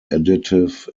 additive